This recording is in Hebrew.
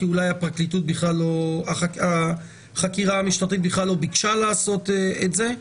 כי אולי החקירה המשטרתית בכלל לא ביקשה לעשות את זה,